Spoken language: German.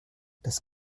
das